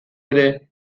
ere